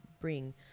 bring